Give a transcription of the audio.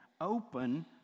open